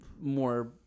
more